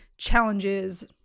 challenges